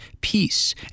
peace